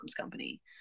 company